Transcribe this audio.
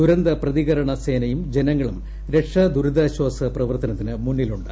ദുരത്പൂ പ്രതികരണ സേനയും ജനങ്ങളും രക്ഷാദുരിതാശ്വാസ പ്രവീർത്തനത്തിന് മുന്നിലുണ്ട്